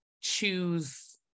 choose